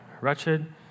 wretched